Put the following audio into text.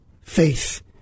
faith